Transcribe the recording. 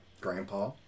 grandpa